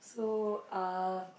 so uh